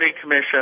Commission